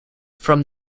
from